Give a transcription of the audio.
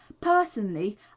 personally